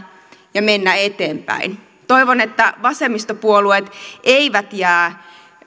ja mennä eteenpäin toivon että vasemmistopuolueet eivät jää